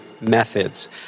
methods